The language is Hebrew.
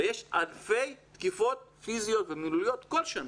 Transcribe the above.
ויש אלפי תקיפות פיזיות ומילוליות כל שנה.